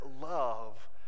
love